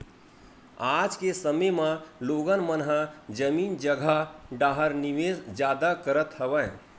आज के समे म लोगन मन ह जमीन जघा डाहर निवेस जादा करत हवय